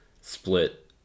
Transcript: split